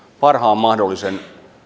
parhaan mahdollisen